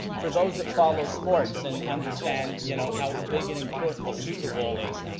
for those that follow sports and understand you know how big and important the super bowl is,